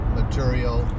material